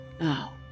Now